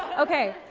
okay.